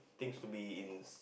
things to be in